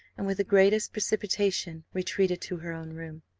and with the greatest precipitation retreated to her own room.